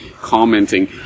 commenting